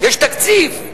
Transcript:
יש תקציב,